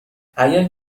اگر